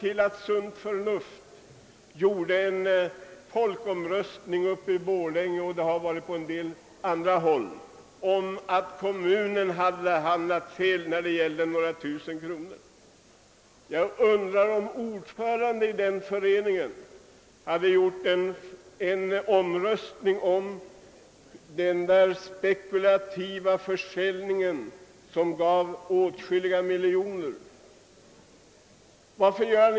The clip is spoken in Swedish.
Tidskriften Sunt Förnuft har gjort en opinionsundersökning uppe i Borlänge — liksom även på några andra håll — om kommunens handlande i en affär som gällde några tusen kronor. Jag undrar om ordföranden i den förening, som äger tidningen, också låtit göra en opinionsundersökning om den aktuella spekulativa försäljningen som inbringade åtskilliga miljoner kronor?